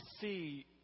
see